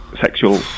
sexual